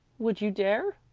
would you dare?